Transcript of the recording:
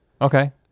Okay